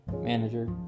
manager